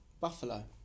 Buffalo